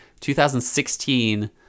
2016